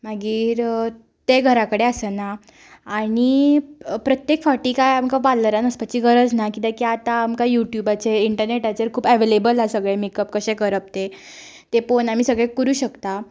मागीर ते घरा कडेन आसना आनी प्रत्येक फाटी काय आमकां पार्लरान वचपाची गरज ना कित्याक की आतां आमकां यूट्युबाचेर इंटरनेटाचेर खूब एवेलेबल आसा सगळे मेकअप कशें करप ते ते पळोन आमी सगळे करूंक शकता